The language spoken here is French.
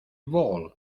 vols